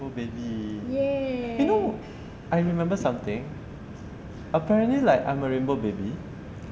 rainbow baby you know I remember something apparently like I'm a rainbow baby